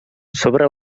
sobre